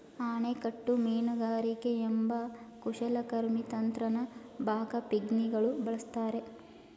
ಅಣೆಕಟ್ಟು ಮೀನುಗಾರಿಕೆ ಎಂಬ ಕುಶಲಕರ್ಮಿ ತಂತ್ರನ ಬಾಕಾ ಪಿಗ್ಮಿಗಳು ಬಳಸ್ತಾರೆ